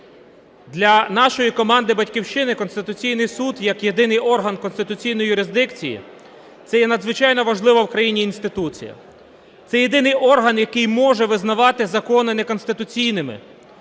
Для нашої команди "Батьківщини" Конституційний Суд як єдиний орган конституційної юрисдикції це є надзвичайно важлива в Україні інституція. Це єдиний орган, який може визнавати закони неконституційними.